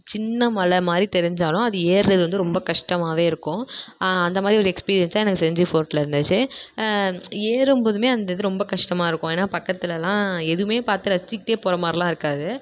சின்ன மலை மாதிரி தெரிஞ்சாலும் அது ஏறுறது வந்து ரொம்ப கஷ்டமாவே இருக்கும் அந்த மாதிரி ஒரு எக்ஸ்பீரியன்ஸ் எனக்கு செஞ்சி ஃபோர்ட்டில் இருந்துச்சு ஏறும் போதுமே அந்த இது ரொம்ப கஷ்டமா இருக்கும் ஏன்னா பக்கத்திலலாம் எதுவுமே பார்த்து ரசிச்சிக்கிட்டே போகிற மாதிரிலாம் இருக்காது